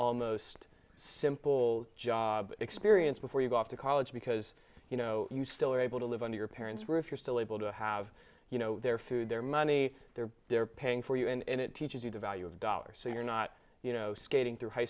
almost simple job experience before you go off to college because you know you still are able to live on your parents were if you're still able to have you know their food their money their they're paying for you and it teaches you the value of dollars so you're not you know skating through high